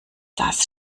das